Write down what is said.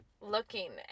looking